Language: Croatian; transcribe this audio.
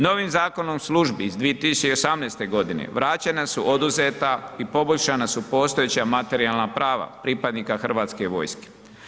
Novim Zakonom o službi iz 2018.g. vraćena su oduzeta i poboljšana su postojeća materijalna prava pripadnika Hrvatske vojske.